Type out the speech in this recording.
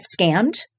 scammed